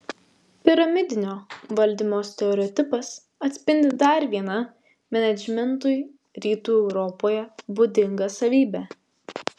piramidinio valdymo stereotipas atspindi dar vieną menedžmentui rytų europoje būdingą savybę